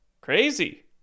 Crazy